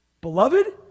Beloved